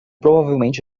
provavelmente